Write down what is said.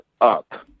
up